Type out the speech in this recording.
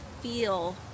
feel